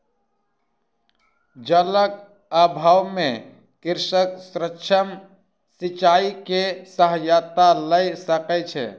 जलक अभाव में कृषक सूक्ष्म सिचाई के सहायता लय सकै छै